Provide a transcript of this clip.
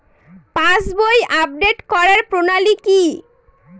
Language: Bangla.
পাসবই আপডেট করার প্রণালী কি?